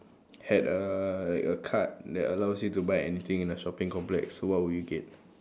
had a like a card that allows you to buy anything in a shopping complex what would you get